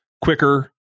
quicker